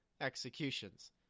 executions